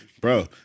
Bro